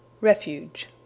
Refuge